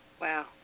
wow